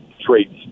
traits